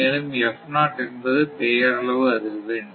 மேலும் என்பது பெயரளவு அதிர்வெண்